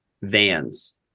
vans